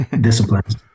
disciplines